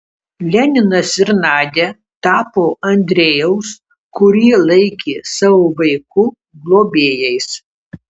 leninas ir nadia tapo andrejaus kurį laikė savo vaiku globėjais